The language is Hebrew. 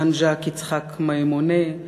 ז'אן ז'אק יצחק מימוני,